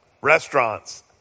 restaurants